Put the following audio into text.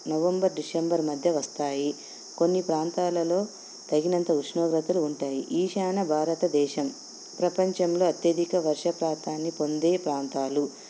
November December మధ్య వస్తాయి కొన్ని ప్రాంతాలలో తగినంత ఉష్ణోగ్రతలు ఉంటాయి ఈశాన్య భారతదేశం ప్రపంచంలో అత్యధిక వర్ష ప్రాంతాన్ని పొందే ప్రాంతాలు